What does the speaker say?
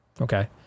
Okay